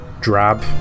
drab